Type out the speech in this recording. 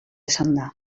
esanda